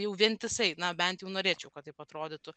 jau vientisai na bent jau norėčiau kad taip atrodytų